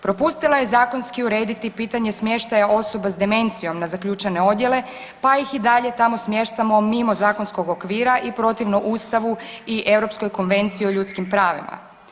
Propustila je zakonski urediti pitanje smještaja osoba s demencijom na zaključane odjele, pa ih i dalje tamo smještamo mimo zakonskog okvira i protivno Ustavu u Europskoj konvenciji o ljudskim pravima.